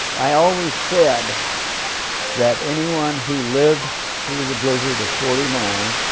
i always said that anyone who lived through the blizzard of forty nine,